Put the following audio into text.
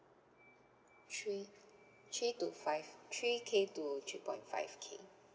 three three to five three K to three point five K